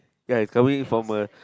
ya is coming from a